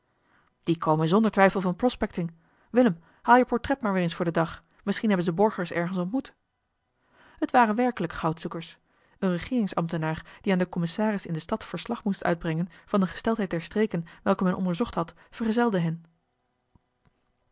die komen zonder twijfel van prospecting willem haal je portret maar weer eens voor den dag misschien hebben ze borgers ergens ontmoet t waren werkelijk goudzoekers een regeerings ambtenaar die aan den commissaris in de stad verslag moest uitbrengen van de gesteldheid der streken welke men onderzocht had vergezelde hen